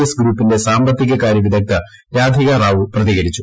S ഗ്രൂപ്പിന്റെ സാമ്പത്തിക കാര്യ വിദഗ്ദ്ധ രാധിക റാവു പ്രതികരിച്ചു